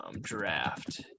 draft